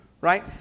Right